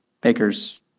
baker's